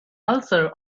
ulcer